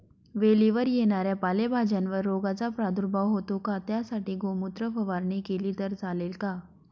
वेलीवर येणाऱ्या पालेभाज्यांवर रोगाचा प्रादुर्भाव होतो का? त्यासाठी गोमूत्र फवारणी केली तर चालते का?